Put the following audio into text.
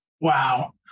Wow